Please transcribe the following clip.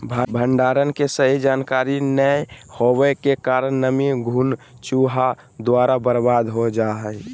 भंडारण के सही जानकारी नैय होबो के कारण नमी, घुन, चूहा द्वारा बर्बाद हो जा हइ